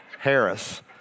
Harris